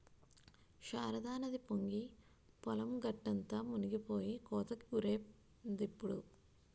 శారదానది పొంగి పొలం గట్టంతా మునిపోయి కోతకి గురైందిప్పుడు